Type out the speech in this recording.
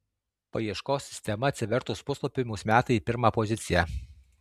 paieškos sistema atsivertus puslapiui mus meta į pirmą poziciją